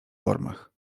formach